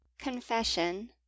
Confession